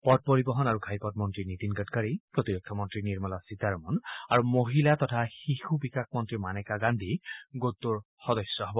পথ পৰিবহন আৰু ঘাইপথ মন্ত্ৰী নীতিন গাডকাৰী প্ৰতিৰক্ষা মন্ত্ৰী নিৰ্মলা সীতাৰমন আৰু মহিলা তথা শিশু বিকাশ মন্ত্ৰী মানেকা গান্ধী গোটটোৰ সদস্য হব